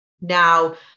Now